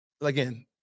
again